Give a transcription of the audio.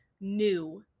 new